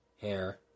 hair